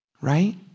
right